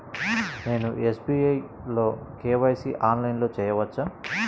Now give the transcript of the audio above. నేను ఎస్.బీ.ఐ లో కే.వై.సి ఆన్లైన్లో చేయవచ్చా?